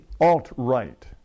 alt-right